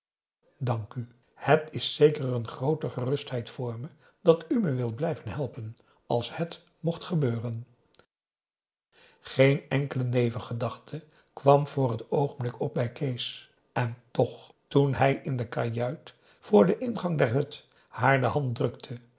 dank u het is zeker een groote gerustheid voor me dat u me wilt blijven helpen als het mocht gebeuren p a daum hoe hij raad van indië werd onder ps maurits geen enkele nevengedachte kwam voor het oogenblik op bij kees en toch toen hij in de kajuit voor den ingang der hut haar de hand drukte